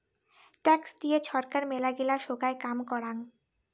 tax দিয়ে ছরকার মেলাগিলা সোগায় কাম করাং